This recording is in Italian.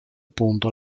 punto